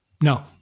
No